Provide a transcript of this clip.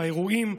באירועים,